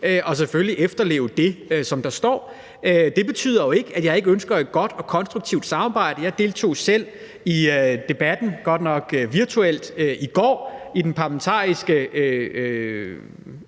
– selvfølgelig at efterleve det, der står. Det betyder jo ikke, at jeg ikke ønsker et godt og konstruktivt samarbejde. Jeg deltog selv i debatten – godt nok virtuelt – om en ny arktisk